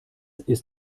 ist